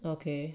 okay